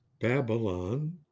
babylon